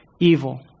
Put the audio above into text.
evil